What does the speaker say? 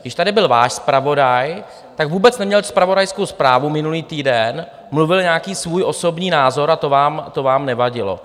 Když tady byl váš zpravodaj, vůbec neměl zpravodajskou zprávu minulý týden, mluvil nějaký svůj osobní názor a to vám nevadilo.